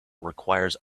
requires